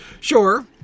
Sure